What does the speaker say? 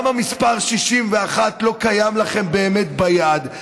גם המספר 61 לא קיים לכם באמת ביד.